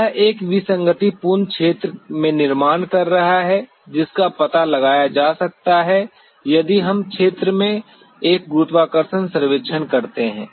यह एक विसंगतिपूर्ण क्षेत्र में निर्माण कर रहा है जिसका पता लगाया जा सकता है यदि हम क्षेत्र में एक गुरुत्वाकर्षण सर्वेक्षण करते हैं